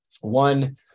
One